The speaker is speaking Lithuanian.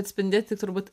atspindėt tik turbūt